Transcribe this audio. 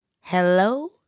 Hello